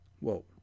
Whoa